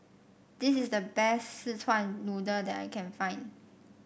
this is the best Szechuan Noodle that I can find